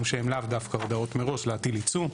שהן לאו דווקא הודעות מראש להטיל עיצום,